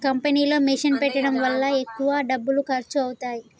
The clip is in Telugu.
కంపెనీలో మిషన్ పెట్టడం వల్ల ఎక్కువ డబ్బులు ఖర్చు అవుతాయి